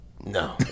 No